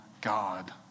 God